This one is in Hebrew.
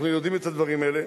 אנחנו יודעים את הדברים האלה,